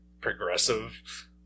progressive